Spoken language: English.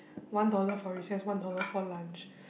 one dollar for recess one dollar for lunch